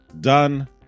done